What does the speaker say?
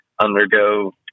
undergo